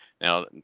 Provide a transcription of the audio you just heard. now